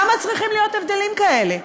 למה צריכים להיות הבדלים כאלה?